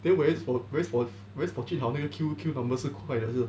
then whereas for whereas for jun hao 那个 case queue queue number 是快的是